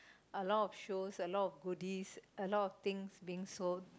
a lot of shows a lot of goodies a lot of things being sold